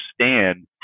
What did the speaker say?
understand